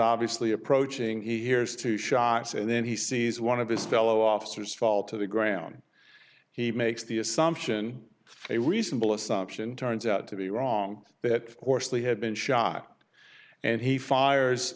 obviously approaching he hears two shots and then he sees one of his fellow officers fall to the ground he makes the assumption a reasonable assumption turns out to be wrong that coarsely had been shot and he fires